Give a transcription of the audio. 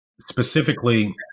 specifically